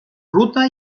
ruta